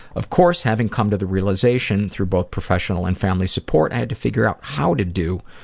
of course, having come to the realization through both professional and family support i had to figure out how to do